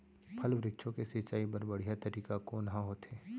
फल, वृक्षों के सिंचाई बर बढ़िया तरीका कोन ह होथे?